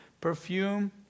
Perfume